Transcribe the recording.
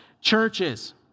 churches